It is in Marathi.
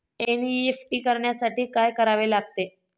एन.ई.एफ.टी करण्यासाठी काय करावे लागते?